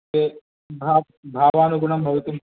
ते भा भावानुगुणं भवितुं